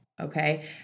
okay